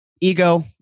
ego